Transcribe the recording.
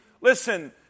Listen